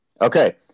Okay